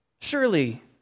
Surely